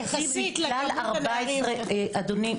אדוני,